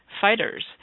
fighters